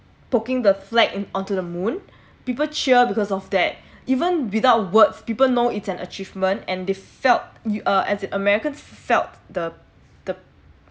poking the flag in onto the moon people cheer because of that even without words people know it's an achievement and they felt uh as american felt the the